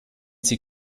sie